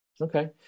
Okay